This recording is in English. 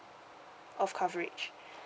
of coverage